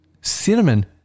Cinnamon